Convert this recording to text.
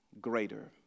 greater